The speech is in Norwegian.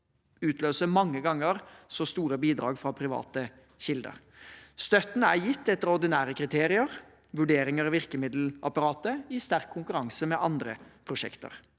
utløse mange ganger så store bidrag fra private kilder. Støtten er gitt etter ordinære kriterier, vurderinger i virkemiddelapparatet i sterk konkurranse med andre prosjekter.